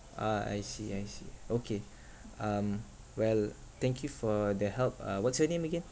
ah I see I see okay um well thank you for the help uh what's your name again